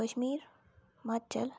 Kashmir Himachal